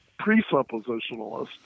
presuppositionalist